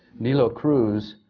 nilo cruz,